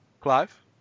Clive